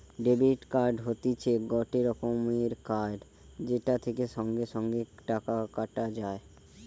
debit card হতিছে গটে রকমের কার্ড যেটা থেকে সঙ্গে সঙ্গে টাকা কাটা যায়